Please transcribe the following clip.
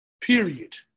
Period